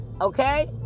Okay